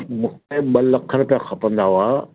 मूंखे ॿ लख रुपिया खपंदा हुआ